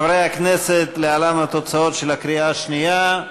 חברי הכנסת, להלן התוצאות של הקריאה השנייה: